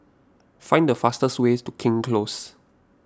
find the fastest ways to King's Close